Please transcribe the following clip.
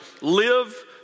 Live